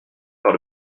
par